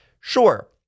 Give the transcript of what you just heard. sure